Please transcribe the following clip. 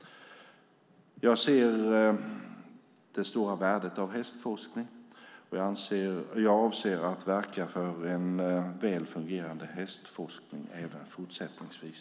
Jag ser det stora värdet av hästforskning, och jag avser att verka för en väl fungerande hästforskning även fortsättningsvis.